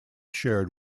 shared